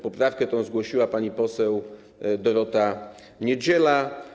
Poprawkę tę zgłosiła pani poseł Dorota Niedziela.